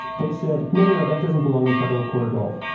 they said, no, no, no, that doesn't belong in federal court at all.